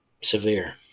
severe